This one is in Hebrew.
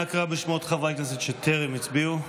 נא קרא בשמות חברי הכנסת שטרם הצביעו.